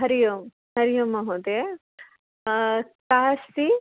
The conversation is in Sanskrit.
हरिः ओं हरिः ओं महोदय का अस्ति